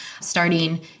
starting